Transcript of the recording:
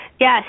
Yes